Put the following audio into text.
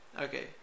Okay